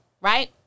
right